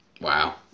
Wow